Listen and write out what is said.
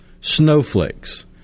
snowflakes